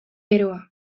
beroa